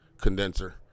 condenser